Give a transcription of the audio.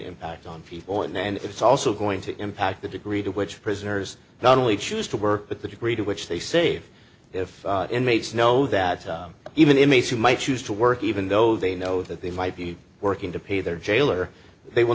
impact on people and it's also going to impact the degree to which prisoners not only choose to work but the degree to which they save if inmates know that even inmates who might choose to work even though they know that they might be working to pay their jail or they will